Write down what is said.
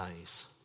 eyes